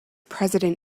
president